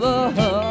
love